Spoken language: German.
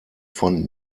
von